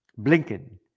Blinken